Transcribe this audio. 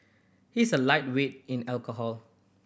he is a lightweight in alcohol